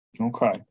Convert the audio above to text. Okay